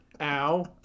Ow